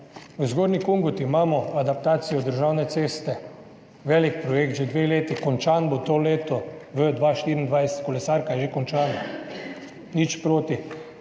V Zgornji Kungoti imamo adaptacijo državne ceste, velik projekt, že dve leti, končan bo to leto, v 2024, kolesarka je že končana, nič proti.